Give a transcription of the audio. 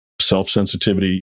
self-sensitivity